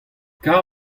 kar